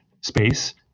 space